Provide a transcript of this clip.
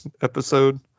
episode